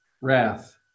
wrath